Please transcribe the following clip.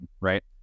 right